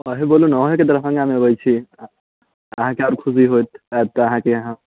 अहीँ बोलूँ ने अहिंँकेँ दरभङ्गा ने अबैत छी अहाँकेँ आओर खुशी होयत आयब तऽ अहाँकेँ इहा